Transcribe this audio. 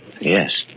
Yes